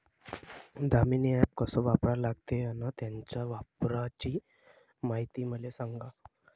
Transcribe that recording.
Damini app कस वापरा लागते? अन त्याच्या वापराची मायती मले सांगा